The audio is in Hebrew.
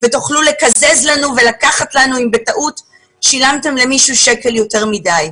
ותוכלו לקזז לנו ולקחת לנו אם בטעות שילמתם למישהו שקל אחד יותר מדי.